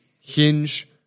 hinge